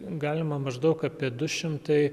galima maždaug apie du šimtai